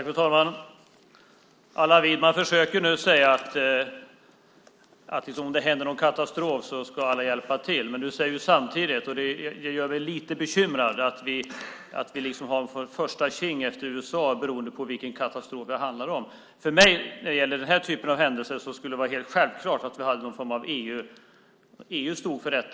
Fru talman! Allan Widman försöker nu säga att om det händer en katastrof ska alla hjälpa till. Men samtidigt säger du att vi har första tjing efter USA beroende på vilken katastrof det handlar om. Det gör mig lite bekymrad. När det gäller den typen av händelser är det för mig helt självklart att EU eller FN ska stå för det.